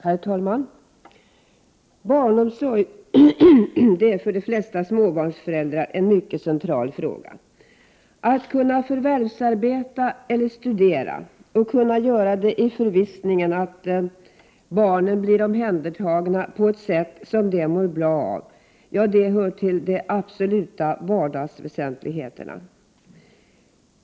Herr talman! Barnomsorg är för de flesta småbarnsföräldrar en central fråga. Att kunna förvärvsarbeta eller studera i förvissningen om att barnen blir omhändertagna på ett sätt som de mår bra av hör till de absoluta vardagsväsentligheterna.